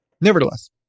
Nevertheless